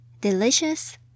Delicious